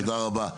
תודה רבה.